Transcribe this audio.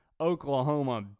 Oklahoma